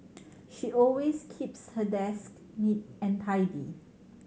she always keeps her desk neat and tidy